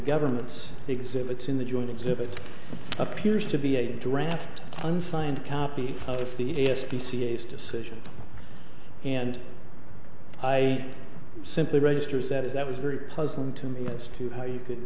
government's exhibits in the joint exhibit appears to be a draft unsigned copy of the s p c s decision and i simply registers that is that was very puzzling to me as to how you could